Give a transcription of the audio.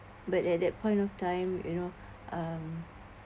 but at that point of time you know um